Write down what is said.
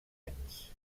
anys